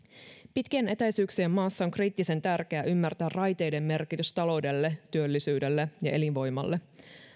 pitkien etäisyyksien maassa on kriittisen tärkeää ymmärtää raiteiden merkitys taloudelle työllisyydelle ja elinvoimalle